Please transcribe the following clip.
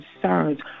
concerns